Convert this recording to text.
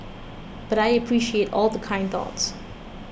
but I appreciate all the kind thoughts